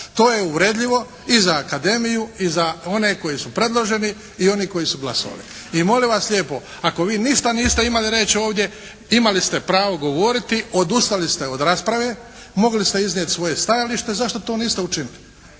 To je uvredljivo i za akademiju i za one koji su predloženi i one koji su glasovali. I molim vas lijepo, ako vi ništa niste imali reći ovdje, imali ste pravo govoriti, odustali ste od te rasprave, mogli ste iznijeti svoje stajalište, zašto to niste učinili.